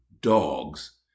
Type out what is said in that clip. dogs